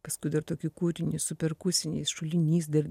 paskui dar tokį kūrinį su perkusiniais šulinys dar